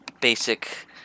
basic